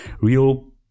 real